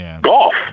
golf